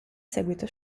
seguito